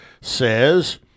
says